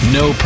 No